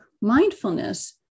mindfulness